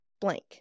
blank